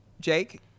Jake